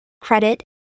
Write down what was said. credit